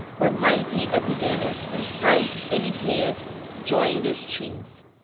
where mighty apidanus and bright enipeus join their streams,